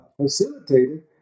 facilitated